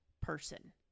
person